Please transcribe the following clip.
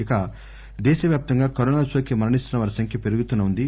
ఇక దేశవ్యాప్తంగా కరోనా నోకి మరణిస్తున్న వారిసంఖ్య పెరుగుతూనే ఉంది